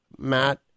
matt